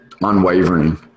unwavering